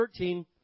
13